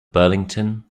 burlington